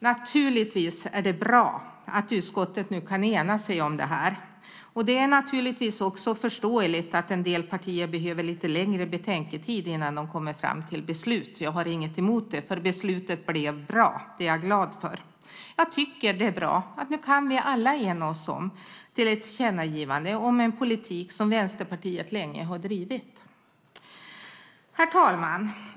Naturligtvis är det bra att utskottet nu kan ena sig om det här. Det är självfallet också förståeligt att en del partier behöver lite längre betänketid innan de kommer fram till beslut. Jag har inget emot det, för beslutet blir bra. Det är jag glad för. Jag tycker att det är bra att vi nu alla kan ena oss om ett tillkännagivande om en politik som Vänsterpartiet länge har drivit. Herr talman!